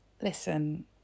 Listen